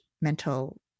mental